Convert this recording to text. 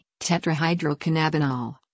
tetrahydrocannabinol